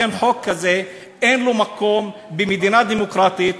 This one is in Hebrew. לכן חוק כזה, אין לו מקום במדינה דמוקרטית.